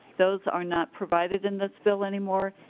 those are not provided in this bill anymore.